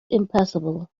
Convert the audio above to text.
impassable